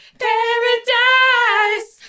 paradise